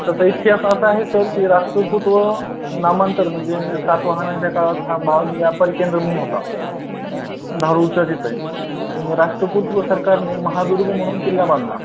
त्याचा इतिहास असा आहे सर की राष्ट्रकुट व नामांतर म्हणजे सातवाहनाच्या काळात हा महाग व्यापारी केंद्र म्हणून होता धारूरच्या तिथे मग राष्ट्रकुट व सरकारने महादुर्ग म्हणून किल्ला बांधला